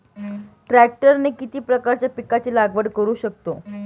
ट्रॅक्टरने किती प्रकारच्या पिकाची लागवड करु शकतो?